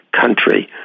country